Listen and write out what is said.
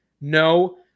No